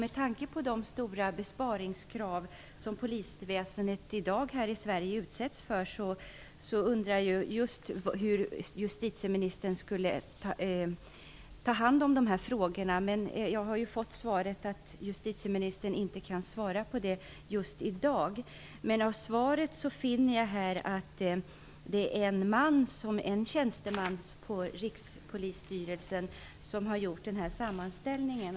Med tanke på de stora besparingskrav som polisväsendet i Sverige i dag utsätts för undrar jag hur justitieministern skulle ta hand om dessa frågor. Jag har fått svaret att justitieministern inte kan svara på det just i dag. I svaret finner jag att det är en tjänsteman hos Rikspolisstyrelsen som gjort sammanställningen.